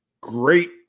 great